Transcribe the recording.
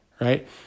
right